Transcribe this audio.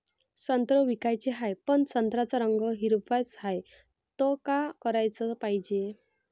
संत्रे विकाचे हाये, पन संत्र्याचा रंग हिरवाच हाये, त का कराच पायजे?